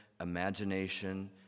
imagination